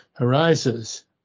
arises